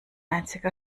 einziger